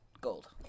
gold